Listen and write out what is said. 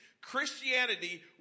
Christianity